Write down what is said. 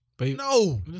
No